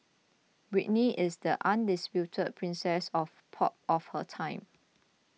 Britney is the undisputed princess of pop of her time